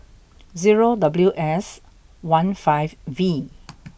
zero W S one five V